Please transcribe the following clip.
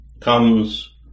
comes